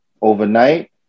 Overnight